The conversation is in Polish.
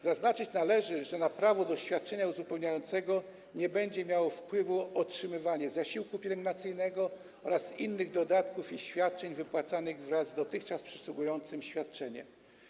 Zaznaczyć należy, że na prawo do świadczenia uzupełniającego nie będzie miało wpływu otrzymywanie zasiłku pielęgnacyjnego oraz innych dodatków i świadczeń wypłacanych wraz z dotychczas przysługującym świadczeniem.